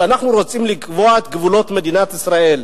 כשאנחנו רוצים לקבוע את גבולות מדינת ישראל,